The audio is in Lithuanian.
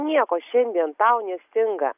nieko šiandien tau nestinga